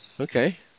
Okay